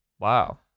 Wow